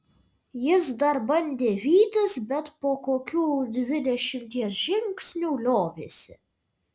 jis dar bandė vytis bet po kokių dvidešimties žingsnių liovėsi